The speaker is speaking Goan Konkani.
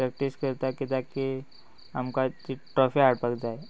प्रॅक्टीस करता कित्याक की आमकां ती ट्रॉफी हाडपाक जाय